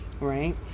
right